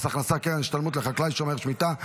הכנסה (קרן השתלמות לחקלאי שומר שמיטה),